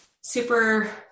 super